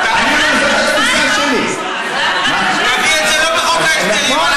תביא את זה לא בחוק ההסדרים.